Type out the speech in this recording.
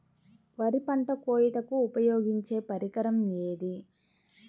వరి పంట కోయుటకు ఉపయోగించే పరికరం ఏది?